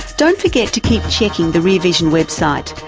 don't forget to keep checking the rear vision website,